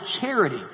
charity